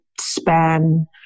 span